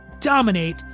dominate